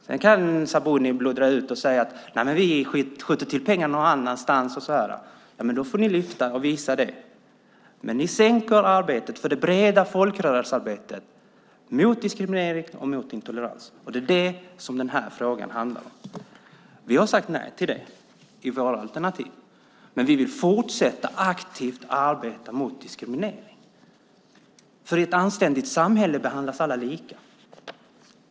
Sedan kan Sabuni bluddra ut och säga att man skjuter till pengar någon annanstans. Då får ni visa det. Ni sänker stödet till det breda folkrörelsearbetet mot diskriminering och intolerans. Det är det som den här frågan handlar om. Vi har sagt nej till det i våra alternativ. Vi vill fortsätta att aktivt arbeta mot diskriminering. I ett anständigt samhälle behandlas alla lika.